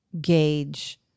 gauge